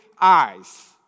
eyes